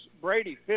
Brady